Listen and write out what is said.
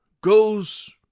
goes